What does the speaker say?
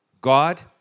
God